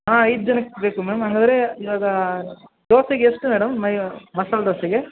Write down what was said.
ಹಾಂ ಐದು ಜನಕ್ಕೆ ಬೇಕು ಮೇಮ್ ಹಾಗಾದ್ರೆ ಇವಾಗ ದೋಸೆಗೆ ಎಷ್ಟು ಮೇಡಮ್ ಮಯ ಮಸಾಲೆ ದೋಸೆಗೆ